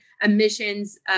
emissions